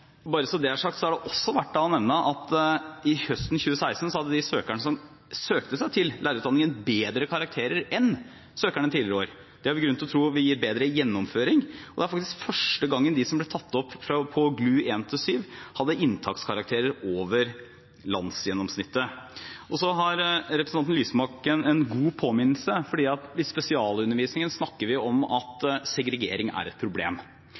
Bare så det er sagt, er det også verdt å nevne at høsten 2016 hadde de søkerne som søkte seg til lærerutdanningen, bedre karakterer enn søkerne tidligere år. Det har vi grunn til å tro at vil gi bedre gjennomføring, og det er faktisk første gangen de som ble tatt opp på GLU 1–7, hadde inntakskarakterer over landsgjennomsnittet. Så har representanten Lysbakken en god påminnelse, for i spesialundervisningen snakker vi om at segregering er et problem.